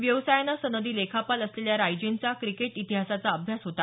व्यवसायानं सनदी लेखापाल असलेल्या रायजींचा क्रिकेट इतिहासाचा अभ्यास होता